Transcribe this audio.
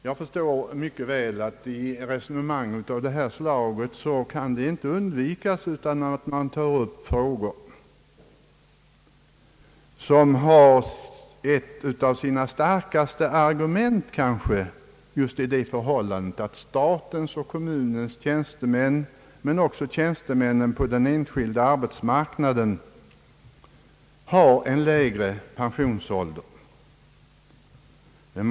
Jag förstår mycket väl att det i resonemang av detta slag inte kan undvikas att man tar upp olika frågor och som ett av de starkaste argumenten framhåller just att statens och kommunernas tjänstemän, men också tjänstemän på den enskilda arbetsmarknaden, har en lägre pensionsålder än det stora flertalet.